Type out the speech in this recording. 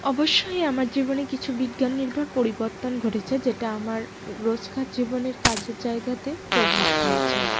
অবশ্যই আমার জীবনে কিছু বিজ্ঞাননির্ভর পরিবর্তন ঘটেছে যেটা আমার রোজকার জীবনের কাজের জায়গাতে প্রভাব ফেলেছে